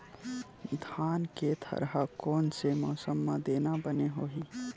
धान के थरहा कोन से मौसम म देना बने होही?